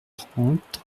trente